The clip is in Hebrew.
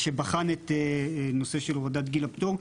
שבחן את הנושא של הורדת גיל הפטור.